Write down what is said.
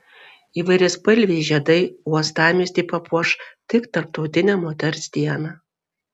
įvairiaspalviai žiedai uostamiestį papuoš tik tarptautinę moters dieną